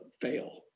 fail